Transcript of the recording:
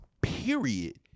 Period